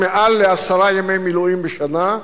יותר מעשרה ימי מילואים בשנה.